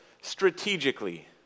strategically